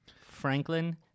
Franklin